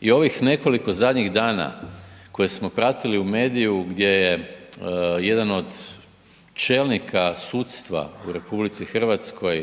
i ovih nekoliko zadnjih dana koje smo pratili u mediju gdje je jedan od čelnika sudstva u RH